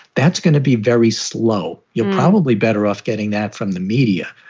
that's gonna be very slow. you're probably better off getting that from the media.